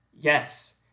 yes